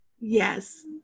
Yes